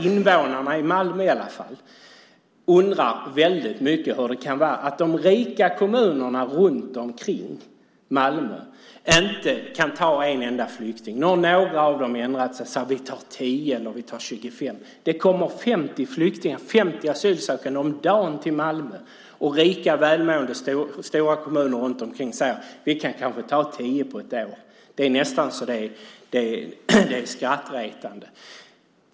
Invånarna i Malmö undrar väldigt mycket hur det kan komma sig att de rika kommunerna runt omkring Malmö inte kan ta emot en enda flykting. Nu har några av dem ändrat sig och sagt att de kan ta emot 10 eller 25. Det kommer 50 asylsökande om dagen till Malmö, och rika, välmående, stora kommuner runt omkring säger att de kanske kan ta emot 10 på ett år. Det är nästan skrattretande.